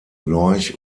lorch